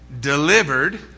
delivered